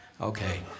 okay